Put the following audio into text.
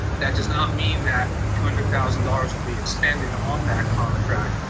that does not mean that two hundred thousand dollars will be extended on that contract,